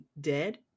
dead